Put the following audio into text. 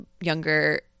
younger